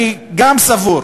אני גם סבור